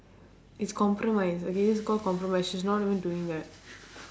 it's compromise okay it's called compromise she's not even doing that